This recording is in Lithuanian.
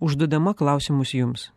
užduodama klausimus jums